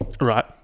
right